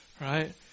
right